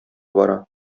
бара